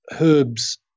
herbs